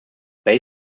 base